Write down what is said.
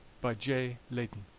by j. leyden.